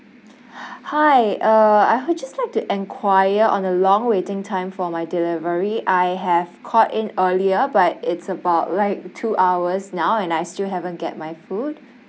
hi uh I would just like to enquire on the long waiting time for my delivery I have called in earlier but it's about like two hours now and I still haven't get my food